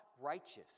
righteous